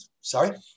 sorry